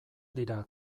dira